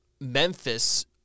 Memphis